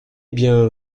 bien